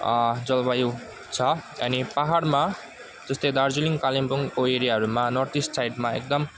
जलवायु छ अनि पहाडमा जस्तै दार्जिलिङ कालिम्पोङको एरियाहरूमा नर्थ इस्ट साइडमा एकदम